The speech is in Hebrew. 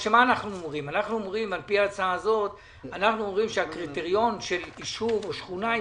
אנחנו אומרים על פי ההצעה הזאת שעל פי הקריטריון של ישוב או שכונה עם